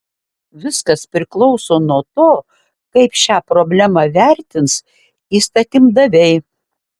viskas priklauso nuo to kaip šią problemą vertins įstatymdaviai